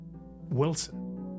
Wilson